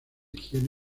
higiene